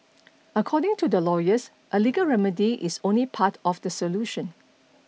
according to the lawyers a legal remedy is only part of the solution